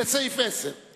לסעיף 4 לא קראת את ההסתייגות.